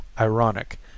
ironic